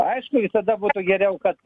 aišku visada būtų geriau kad